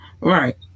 right